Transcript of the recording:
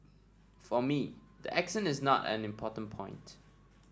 for me the accent is not an important point